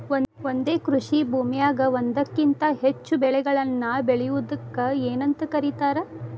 ಒಂದೇ ಕೃಷಿ ಭೂಮಿಯಾಗ ಒಂದಕ್ಕಿಂತ ಹೆಚ್ಚು ಬೆಳೆಗಳನ್ನ ಬೆಳೆಯುವುದಕ್ಕ ಏನಂತ ಕರಿತಾರಿ?